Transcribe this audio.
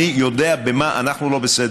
אני יודע במה אנחנו לא בסדר.